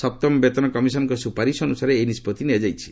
ସପ୍ତମ ବେତନ କମିଶନଙ୍କ ସୁପାରିଶ ଅନୁସାରେ ଏହି ନିଷ୍କଭି ନିଆଯାଇଛି